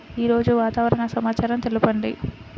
ఈరోజు వాతావరణ సమాచారం తెలుపండి